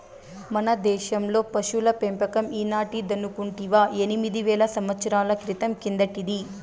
మన దేశంలో పశుల పెంపకం ఈనాటిదనుకుంటివా ఎనిమిది వేల సంవత్సరాల క్రితం కిందటిది